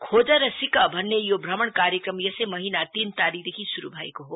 खोज र सिक भन्ने यो भ्रमण कार्यक्रम यसै महिना तीन तारिखदेखि शुरु भएको हो